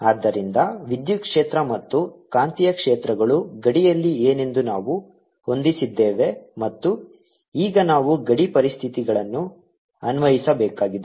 ಆದ್ದರಿಂದ ವಿದ್ಯುತ್ ಕ್ಷೇತ್ರ ಮತ್ತು ಕಾಂತೀಯ ಕ್ಷೇತ್ರಗಳು ಗಡಿಯಲ್ಲಿ ಏನೆಂದು ನಾವು ಹೊಂದಿಸಿದ್ದೇವೆ ಮತ್ತು ಈಗ ನಾವು ಗಡಿ ಪರಿಸ್ಥಿತಿಗಳನ್ನು ಅನ್ವಯಿಸಬೇಕಾಗಿದೆ